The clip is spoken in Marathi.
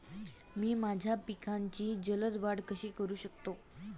मी माझ्या पिकांची जलद वाढ कशी करू शकतो?